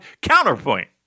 counterpoint